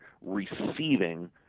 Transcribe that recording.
receiving